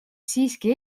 siiski